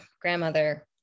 grandmother